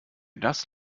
das